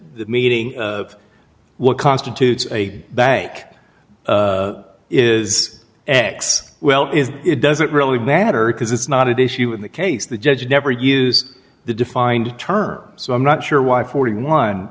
meeting of what constitutes a bank is x well is it doesn't really matter because it's not issue in that case the judge never use the defined term so i'm not sure why forty one